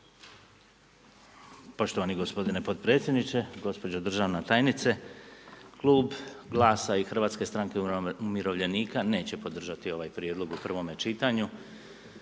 Poštovani gospodine potpredsjedniče, gospođo državna tajnice. Klub GLAS-a i HSU-a neće podržati ovaj prijedlog u prvome čitanju.